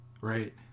right